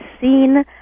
seen